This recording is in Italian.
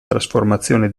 trasformazione